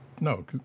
no